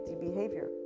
behavior